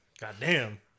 Goddamn